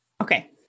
Okay